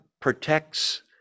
protects